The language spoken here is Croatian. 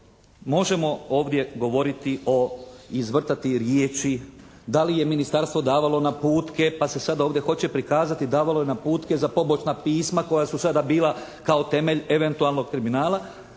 možemo ovdje govoriti o, izvrtati riječi da li je ministarstvo davalo naputke pa se sad ovdje hoće prikazati davalo je naputke za pobočna pisma koja su sada bila kao temelj eventualnog kriminala.